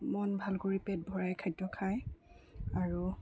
মন ভাল কৰি পেট ভৰাই খাদ্য খায় আৰু